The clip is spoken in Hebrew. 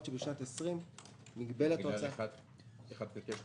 בגלל 1/12?